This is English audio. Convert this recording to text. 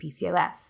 PCOS